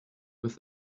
with